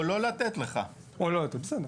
או לא לתת לך, בסדר.